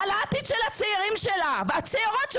על העתיד של הצעירים והצעירות שלה,